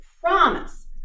promise